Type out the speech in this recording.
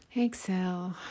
Exhale